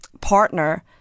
partner